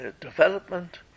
development